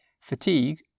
Fatigue